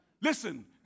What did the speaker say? Listen